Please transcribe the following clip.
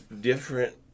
different